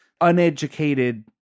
uneducated